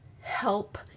help